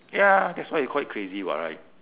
ya that's why you call it crazy [what] right